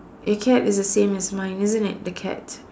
your cat is the same as mine isn't it the cat